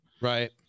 Right